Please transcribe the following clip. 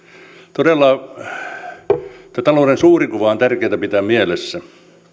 todella tämä talouden suuri kuva on tärkeää pitää mielessä